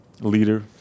leader